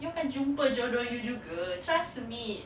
you akan jumpa jodoh you juga trust me